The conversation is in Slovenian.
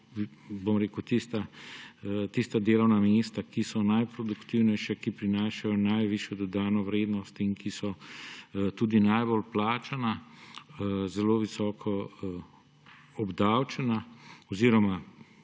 so pri nas tista delovna mesta, ki so najproduktivnejša, ki prinašajo najvišjo dodano vrednost in ki so tudi najbolj plačana, zelo visoko obdavčena oziroma